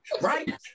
right